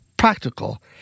practical